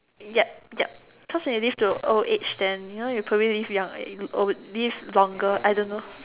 yup yup cause when you live till a old age then you know you probably live young old live longer I don't know